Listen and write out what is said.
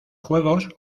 juegos